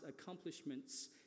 accomplishments